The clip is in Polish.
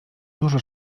dużo